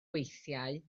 weithiau